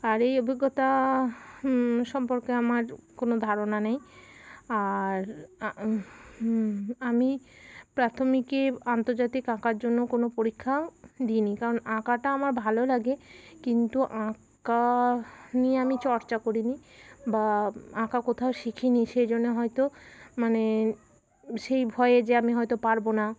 আর এই অভিজ্ঞতা সম্পর্কে আমার কোনো ধারণা নেই আর আমি প্রাথমিকে আন্তর্জাতিক আঁকার জন্য কোনো পরীক্ষা দিইনি কারণ আঁকাটা আমার ভালো লাগে কিন্তু আঁকা নিয়ে আমি চর্চা করি নি বা আঁকা কোথাও শিখিনি সেই জন্য হয়তো মানে সেই ভয়ে যে আমি হয়তো পারবো না